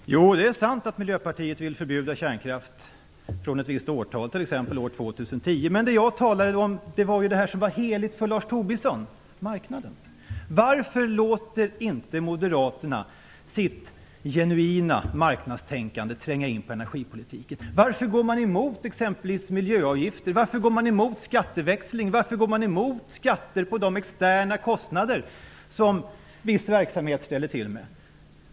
Fru talman! Jo, det är sant att Miljöpartiet vill förbjuda kärnkraft från ett visst årtal, t.ex. år 2010. Vad jag talade om är det som är heligt för Lars Tobisson: marknaden. Varför låter Moderaterna inte sitt genuina marknadstänkande tränga in på energipolitiken? Varför går man emot exempelvis miljöavgifter? Varför går man emot skatteväxling? Varför går man emot skatter på de externa kostnader som viss verksamhet ställer till med?